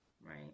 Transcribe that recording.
Right